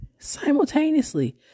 Simultaneously